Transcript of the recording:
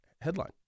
headline